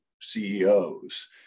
CEOs